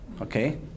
Okay